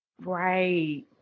Right